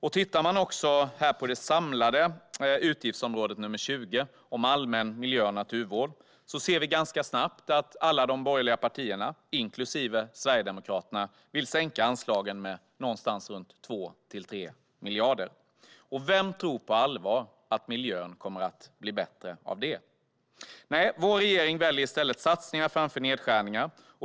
Om man ser på det samlade utgiftsområdet nr 20 om allmän miljö och naturvård märker man ganska snabbt att alla de borgerliga partierna, inklusive Sverigedemokraterna, vill sänka anslagen med någonstans runt 2-3 miljarder. Vem tror på allvar att miljön kommer att bli bättre av det? Vår regering väljer i stället satsningar framför nedskärningar.